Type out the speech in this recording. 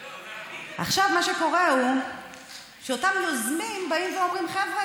עכשיו מה שקורה הוא שאותם יוזמים באים ואומרים: חבר'ה,